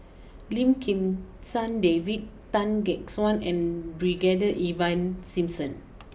Lim Kim San David Tan Gek Suan and Brigadier Ivan Simson